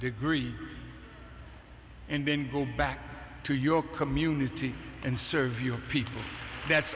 degree and then go back to your community and serve your people that